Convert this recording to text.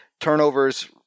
Turnovers